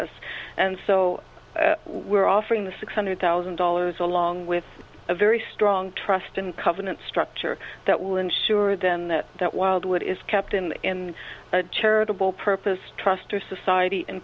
us and so we're offering the six hundred thousand dollars along with a very strong trust and covenant structure that will ensure then that wildwood is kept in a charitable purpose trust or society